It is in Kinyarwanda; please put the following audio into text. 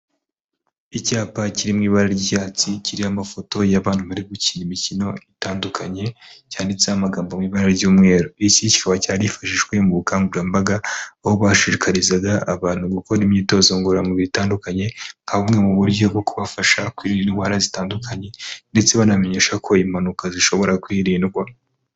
Icyapa kiri mu ibara ry'icyatsi kiriho amafoto y'abantu bari gukina imikino itandukanye, cyanditseho amagambo mu ibara ry'umweru, iki kikaba cyarifashijwe mu bukangurambaga, aho bashishikarizaga abantu gukora imyitozo ngororamubiri itandukanye, nka bumwe mu buryo bwo kubafasha kwirinda indwara zitandukanye ndetse banamenyesha ko impanuka zishobora kwirindwa.